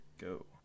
Go